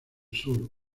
sur